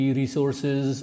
resources